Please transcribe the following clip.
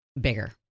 Bigger